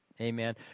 Amen